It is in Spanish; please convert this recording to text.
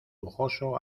lujoso